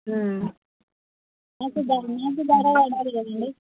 మాకు దాని రేటు బాగా పడాలి కదండి